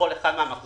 לכל אחד מהמחזורים